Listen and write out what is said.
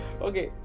okay